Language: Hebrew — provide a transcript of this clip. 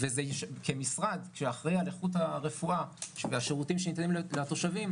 כמשרד שאחראי על איכות הרפואה והשירותים שניתנים לתושבים,